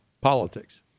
politics